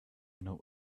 know